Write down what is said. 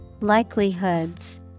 Likelihoods